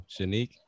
Shanique